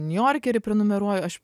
niujorkerį prenumeruoju aš